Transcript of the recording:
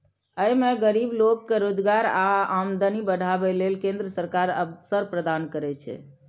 अय मे गरीब लोक कें रोजगार आ आमदनी बढ़ाबै लेल केंद्र सरकार अवसर प्रदान करै छै